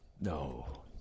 No